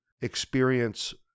experience